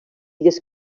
illes